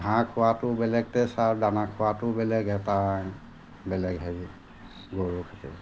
ঘাঁহ খোৱাটো বেলেগ টেষ্ট আৰু দানা খোৱাটো বেলেগ এটা বেলেগ হেৰি গৰুৰ খেতি